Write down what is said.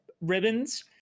ribbons